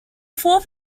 fourth